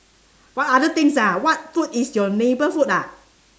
what other things ah what food is your neighbour food ah